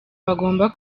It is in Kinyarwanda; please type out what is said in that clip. bagomba